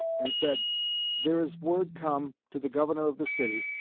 and said there is word come to the governor of the city,